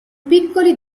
piccoli